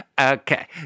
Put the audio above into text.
Okay